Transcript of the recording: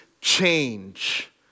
change